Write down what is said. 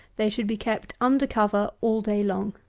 they should be kept under cover all day long.